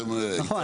נכון,